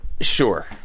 sure